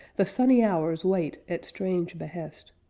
the sunny hours wait at strange behest.